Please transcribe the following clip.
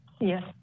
Yes